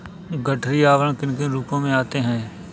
गठरी आवरण किन किन रूपों में आते हैं?